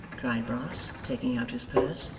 cried brass, taking out his purse.